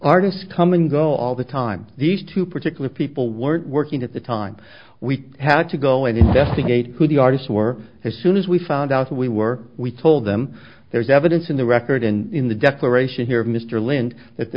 artists come and go all the time these two particular people were working at the time we had to go and investigate who the artists were as soon as we found out who we were we told them there's evidence in the record in the declaration here of mr lind that the